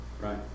Right